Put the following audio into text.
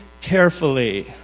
carefully